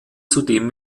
zudem